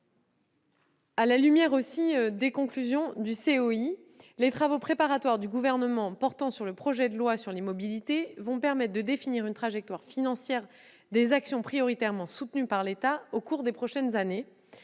À la lumière des conclusions du COI, les travaux préparatoires du Gouvernement portant sur le projet de loi sur les mobilités vont permettre de définir une trajectoire financière des actions prioritairement soutenues par l'État au cours des prochaines années,